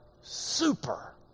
super